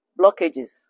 blockages